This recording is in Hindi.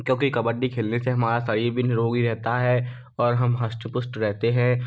क्योंकि कबड्डी खेलने से हमारा शरीर भी निरोगी रहता है और हम हष्ट पुष्ट रहते हैं